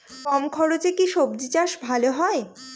কম খরচে কি সবজি চাষ ভালো হয়?